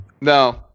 No